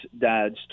dads